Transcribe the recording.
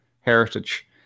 heritage